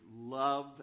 love